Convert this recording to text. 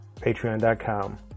Patreon.com